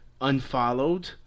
Unfollowed